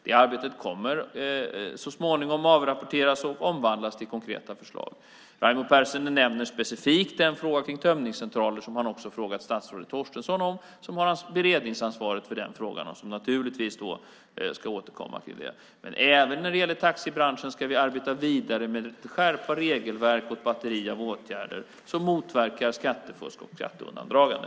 Det arbetet kommer så småningom att avrapporteras och omvandlas till konkreta förslag. Raimo Pärssinen nämner specifikt en fråga kring tömningscentraler. Den frågan har han också ställt till statsrådet Torstensson som har beredningsansvaret för frågan och som naturligtvis ska återkomma i detta. Även när det gäller taxibranschen ska vi arbeta vidare med att skärpa regelverket och ha ett batteri av åtgärder som motverkar skattefusk och skatteundandragande.